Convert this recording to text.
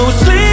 sleep